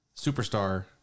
superstar